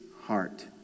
heart